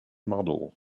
model